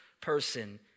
person